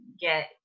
Get